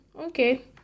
Okay